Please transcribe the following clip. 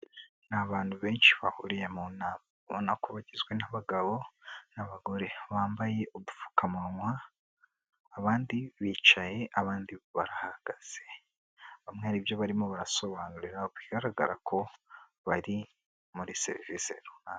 Ni abantu benshi bahuriye mu nama ubona ko bagizwe n'abagabo n'abagore bambaye udupfukamunwa; abandi bicaye abandi barahagaze bamwe hari ibyo barimo barasobanurira bigaragara ko bari muri serivisi runaka.